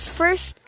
first